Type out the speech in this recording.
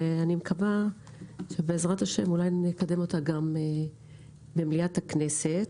ואני מקווה שבעזרת השם אולי גם נקדם אותה גם במליאת הכנסת.